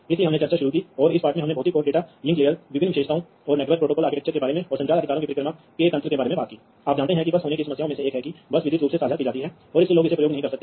दूसरी ओर यदि आपके पास एक नेटवर्क है तो आप क्या करेंगे आप बस इसे लटकाएंगे बस इसे नेटवर्क बिंदु में निकटतम बिंदु से कनेक्ट करें